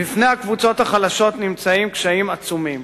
בפני הקבוצות החלשות נמצאים קשיים עצומים